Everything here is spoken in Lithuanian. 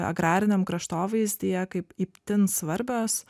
agrariniam kraštovaizdyje kaip itin svarbios